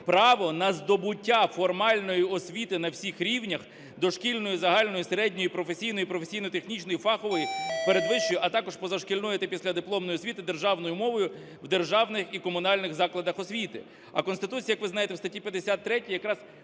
право на здобуття формальної освіти на всіх рівнях (дошкільної, загальної середньої, професійної (професійно-технічної), фахової передвищої), а також позашкільної та післядипломної освіти державною мовою в державних і комунальних закладах освіти". А Конституція, як ви знаєте, в статті 53 якраз